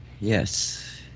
Yes